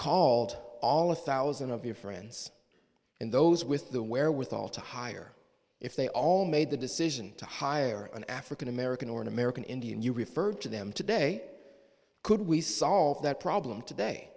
called all a thousand of your friends and those with the wherewithal to hire if they all made the decision to hire an african american or an american indian you referred to them today could we solve that problem today